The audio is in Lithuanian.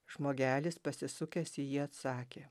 žmogelis pasisukęs į jį atsakė